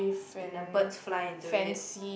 and the birds fly into it